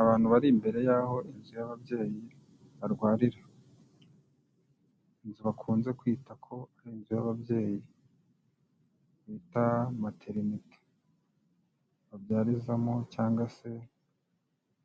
Abantu bari imbere yaho inzu y'ababyeyi barwarira, inzu bakunze kwita ko ari inzu y'ababyeyi, bita materiniti babyarizamo cyangwa se